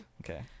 Okay